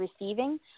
receiving